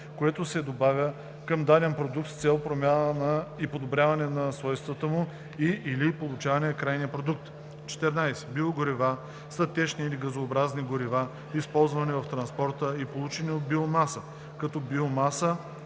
което се добавя към даден продукт с цел промяна и подобряване на свойствата му и/или получаване на крайния продукт. 14. „Биогорива“ са течни или газообразни горива, използвани в транспорта и получени от биомаса, като „биомаса“